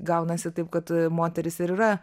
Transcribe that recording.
gaunasi taip kad moteris ir yra